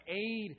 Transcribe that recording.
aid